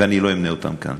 ואני לא אמנה אותן כאן.